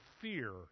fear